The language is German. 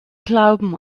glauben